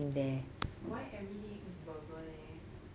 why everyday eat burger leh